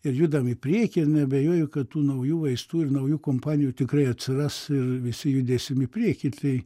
ir judam į priekį neabejoju kad tų naujų vaistų ir naujų kompanijų tikrai atsiras ir visi judėsim į priekį tai